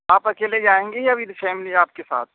آپ اکیلے جائیں گے یا ود فیملی آپ کے ساتھ